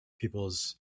people's